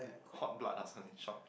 hot blood or something short